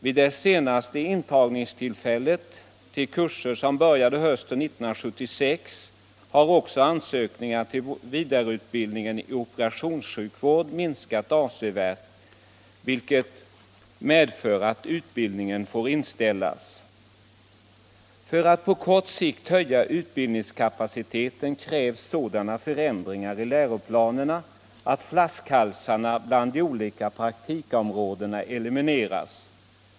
Vid det senaste intagningstillfället, till kurser som börjar hösten 1976, har också ansökningarna till vidareutbildning i operationssjukvård minskat avsevärt, vilket medför att utbildningar får inställas. | För att på kort sikt höja utbildningskapaciteten krävs sådana förändringar i läroplanerna att ”flaskhalsarna” i de olika praktikområdena elimineras.